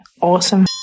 awesome